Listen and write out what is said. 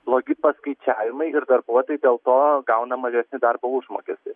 blogi paskaičiavimai ir darbuotojai dėl to gauna mažesnį darbo užmokestį